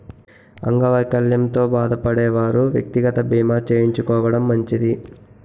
అంగవైకల్యంతో బాధపడే వారు వ్యక్తిగత బీమా చేయించుకోవడం మంచిది